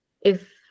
if-